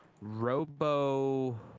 Robo